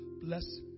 bless